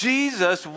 Jesus